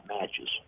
matches